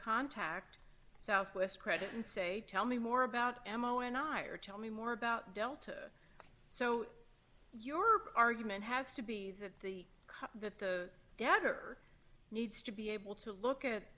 contact southwest credit and say tell me more about m o and i or tell me more about delta so your argument has to be that the cut that the debtor needs to be able to look at